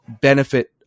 benefit